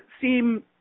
seem